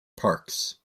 parkes